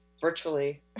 virtually